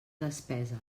despesa